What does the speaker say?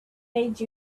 made